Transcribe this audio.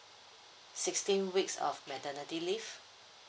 sixteen weeks of maternity leave